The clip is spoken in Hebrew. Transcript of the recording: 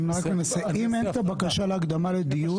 אם אין את הבקשה להקדמת הדיון,